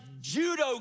Judo